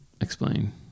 explain